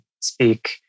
speak